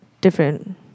different